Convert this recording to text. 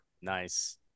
Nice